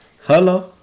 Hello